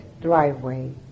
driveway